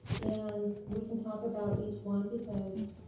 and we can talk about each one because